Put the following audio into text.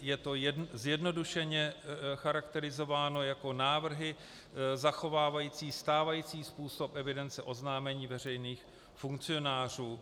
Je to zjednodušeně charakterizováno jako návrhy zachovávající stávající způsob evidence oznámení veřejných funkcionářů.